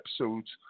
episodes